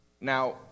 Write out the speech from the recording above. Now